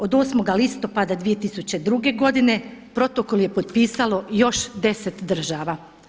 Od 8. listopada 2002. godine protkolo je potpisalo još 10 država.